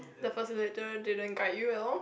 the facilitator didn't guide you at all